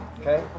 Okay